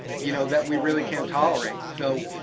you know, that we really can't tolerate. so,